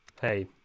hey